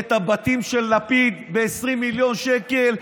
את הבתים של לפיד ב-20 מיליון שקל,